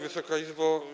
Wysoka Izbo!